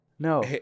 no